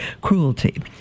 cruelty